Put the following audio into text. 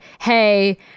hey